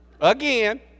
Again